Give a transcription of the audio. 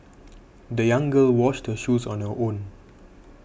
the young girl washed her shoes on her own